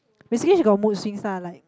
basically she got mood swings lah like